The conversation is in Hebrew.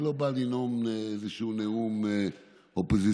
אני לא בא לנאום נאום אופוזיציוני,